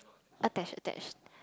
attached attached